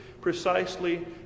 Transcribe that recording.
precisely